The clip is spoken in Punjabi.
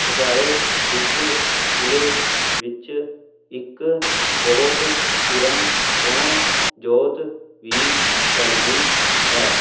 ਪਟਿਆਲੇ ਵਿੱਚ ਕਿਲ੍ਹੇ ਵਿੱਚ ਇੱਕ ਬਹੁਤ ਚਿਰਾਂ ਤੋਂ ਜੋਤ ਵੀ ਚਲਦੀ ਹੈ